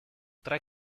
tre